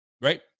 right